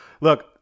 look